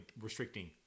restricting